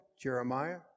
Jeremiah